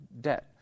debt